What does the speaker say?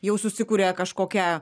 jau susikuria kažkokia